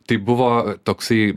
tai buvo toksai